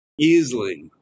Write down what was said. easily